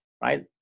right